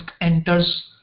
enters